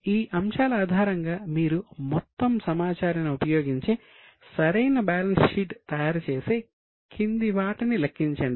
ఈ అంశాల ఆధారంగా మీరు మొత్తం సమాచారాన్ని ఉపయోగించి సరైన బ్యాలెన్స్ షీట్ తయారు చేసి కింది వాటిని లెక్కించండి